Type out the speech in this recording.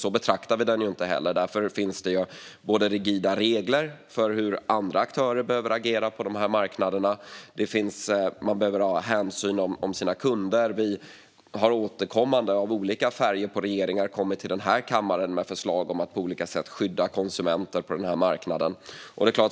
Vi betraktar den inte heller som det, och därför finns det stränga regler för aktörer på denna marknad. Bland annat behöver de visa sina kunder hänsyn. Regeringar av olika färg har också kommit till kammaren med förslag för att på olika sätt skydda konsumenter på denna marknad.